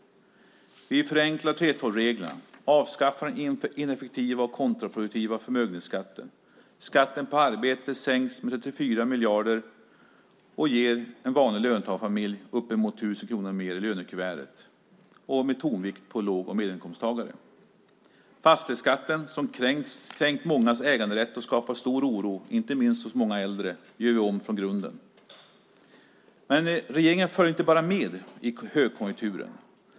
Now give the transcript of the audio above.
Vi förenklar 3:12-reglerna och avskaffar den ineffektiva och kontraproduktiva förmögenhetsskatten. Skatten på arbete sänks med 34 miljarder och ger en vanlig löntagarfamilj uppemot 1 000 kronor mer i lönekuvertet, med tonvikt på låg och medelinkomsttagare. Fastighetsskatten som har kränkt mångas äganderätt och skapat stor oro, inte minst hos många äldre, gör vi om från grunden. Men regeringen följer inte bara med i högkonjunkturen.